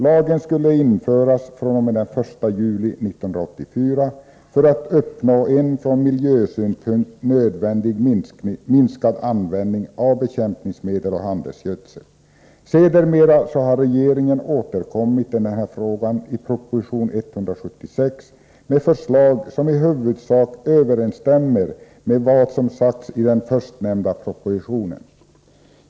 Lagen skulle införas fr.o.m. den 1 juli 1984 för att uppnå en från miljösynpunkt nödvändig minskad användning av bekämpningsmedel och handelsgödsel. Sedermera har regeringen återkommit i denna fråga i proposition 176 med förslag som i huvudsak överensstämmer med vad som sagts i den förstnämnda propositionen.